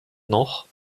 noch